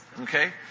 Okay